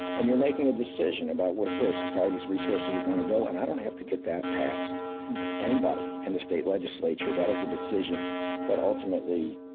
and you're making a decision about where where society's resources are gonna go, and i don't have to get that past anybody in the state legislature. that is a decision that, ultimately,